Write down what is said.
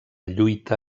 lluita